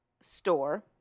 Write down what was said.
store